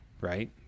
Right